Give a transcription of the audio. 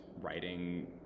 writing